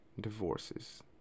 divorces